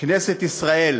כנסת ישראל